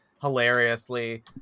hilariously